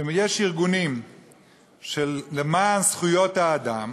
שיש ארגונים למען זכויות האדם,